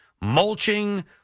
Mulching